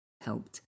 helped